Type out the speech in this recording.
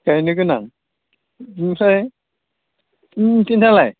गायनो गोनां बिनिफ्राय नों खिन्थालाय